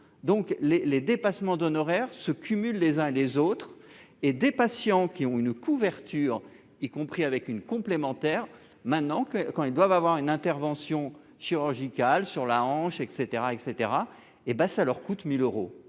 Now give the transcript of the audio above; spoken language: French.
les les dépassements d'honoraires se cumulent les uns et les autres et des patients qui ont une couverture, y compris avec une complémentaire maintenant que quand ils doivent avoir une intervention chirurgicale sur la hanche et cetera, et cetera et bah ça leur coûte mille euros